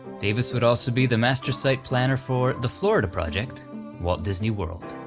davis would also be the master site planner for the florida project walt disney world.